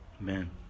Amen